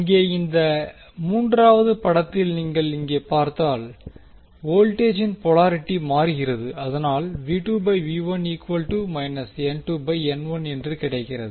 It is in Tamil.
இங்கே இந்த மூன்றாவது படத்தில் நீங்கள் இங்கே பார்த்தால் வோல்டேஜின் போலாரிட்டி மாறுகிறது அதனால் என்று கிடைக்கிறது